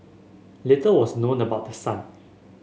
little was known about the son